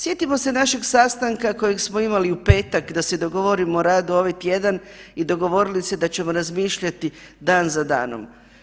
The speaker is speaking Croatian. Sjetimo se našeg sastanka kojeg smo imali u petak da se dogovorimo o radu ovaj tjedan i dogovorili se da ćemo razmišljati dan za danom.